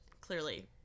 clearly